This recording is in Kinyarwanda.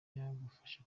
byagufasha